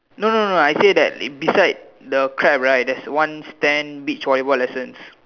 no no no I say that beside the crab right there's one stand beach volleyball lessons